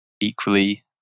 equally